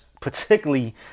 particularly